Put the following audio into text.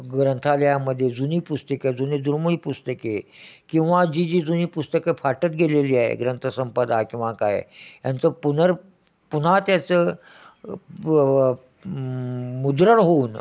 ग्रंथालयामध्ये जुनी पुस्तकं जुनी दुर्मिळ पुस्तके किंवा जी जी जुनी पुस्तकं फाटत गेलेली आहे ग्रंथसंपदा किंवा काय यांचं पुनर् पुन्हा त्याचं प मुद्रण होऊन